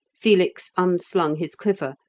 felix unslung his quiver,